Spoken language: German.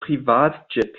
privatjet